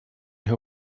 who